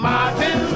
Martin